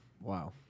Wow